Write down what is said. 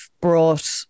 brought